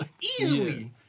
easily